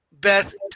best